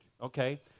okay